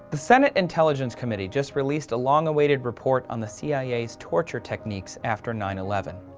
the senate intelligence committee just released a long awaited report on the cia's torture techniques after nine eleven.